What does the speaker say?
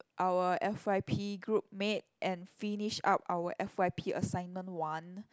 our F_y_P group mate and finish up our F_y_P assignment one